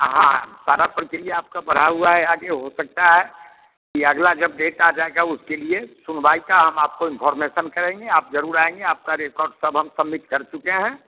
हाँ सारी प्रक्रिया आपका बढ़ा हुआ है आगे हो सकता है कि अगला जब डेट आ जाएगा उसके लिए सुनवाई का हम आपको इनफार्मेसन करेंगे आप ज़रूर आएँगे आपका रेकॉर्ड सब हम सबमिट कर चुके हैं